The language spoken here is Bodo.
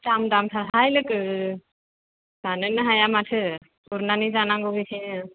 दाम दाम थारहाय लोगो जानोनो हाया माथो गुरनानै जानांगौ बेखायनो